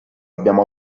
abbiamo